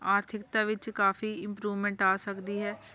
ਆਰਥਿਕਤਾ ਵਿੱਚ ਕਾਫੀ ਇੰਪਰੂਵਮੈਂਟ ਆ ਸਕਦੀ ਹੈ